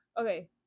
Okay